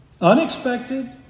Unexpected